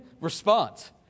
response